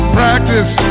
practice